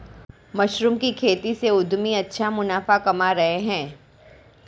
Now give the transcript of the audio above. mushroom की खेती से उद्यमी अच्छा मुनाफा कमा रहे हैं